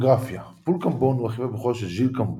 ביוגרפיה פול קמבון הוא אחיו הבכור של ז'יל קמבון.